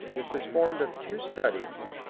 this is formed of two studies.